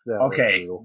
Okay